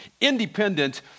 independent